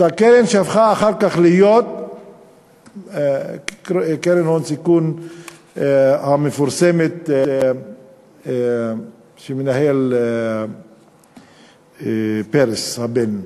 אותה קרן שהפכה אחר כך להיות קרן ההון-סיכון המפורסמת שמנהל פרס הבן.